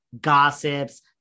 gossips